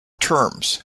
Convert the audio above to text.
terms